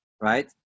right